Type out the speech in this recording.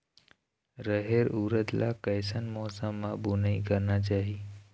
रहेर उरद ला कैसन मौसम मा बुनई करना चाही?